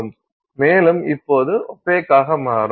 மேலும் இப்போது ஒப்பேக்காக மாறும்